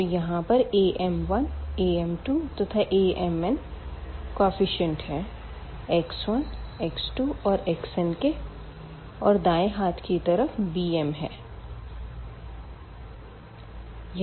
तो यहाँ पर am1 am2 तथा amnकेफीसिएंट है x1 x2 और xnके और दाएं हाथ की तरफ bmहै